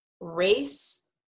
race